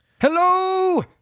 Hello